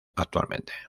actualmente